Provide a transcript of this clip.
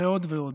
ועוד ועוד.